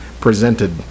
presented